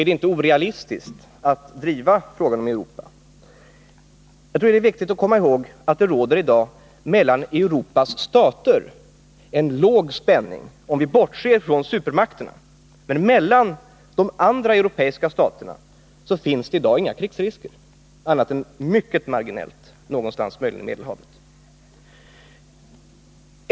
Är det inte orealistiskt att driva frågan om ett kärnvapenfritt Europa? Jag tror att det är viktigt att komma ihåg att det i dag mellan Europas stater råder en låg spänning. Om vi bortser från supermakterna, finner vi att det mellan de andra europeiska staterna i dag inte finns några krigsrisker — annat än mycket marginellt, möjligen någonstans vid Medelhavet.